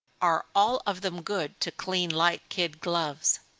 are all of them good to clean light kid gloves.